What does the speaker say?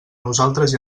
nosaltres